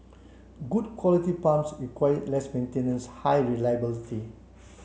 good quality pumps require less maintenance high reliability